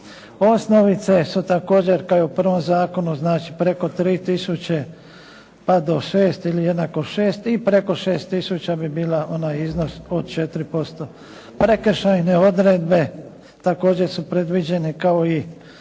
Osnovice su također kao i u prvom zakonu, znači preko 3 tisuće pa do 6 ili jednako 6. i preko 6 tisuća bi bila onaj iznos od 4%. Prekršajne odredbe također su predviđene kao i